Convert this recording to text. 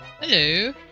Hello